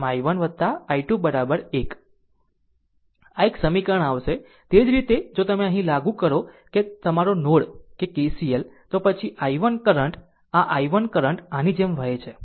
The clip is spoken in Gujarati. આમ i1 i2 1 આ એક સમીકરણ આવશે તે જ રીતે જો તમે અહીં લાગુ કરો કે તમારું નોડ કે KCL તો પછી i1 કરંટ આ i1 કરંટ આની જેમ વહે છે